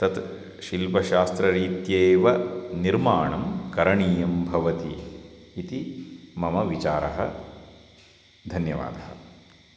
तत् शिल्पशास्त्ररीत्यैव निर्माणं करणीयं भवति इति मम विचारः धन्यवादः